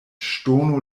ŝtono